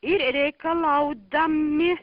ir reikalaudami